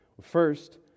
First